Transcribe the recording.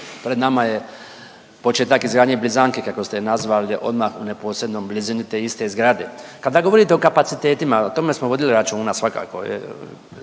pred nama je početak izgradnje blizanke, kako ste je nazvali odmah u neposrednoj blizini te iste zgrade. Kada govorite o kapacitetima, o tome smo vodili računa svakako.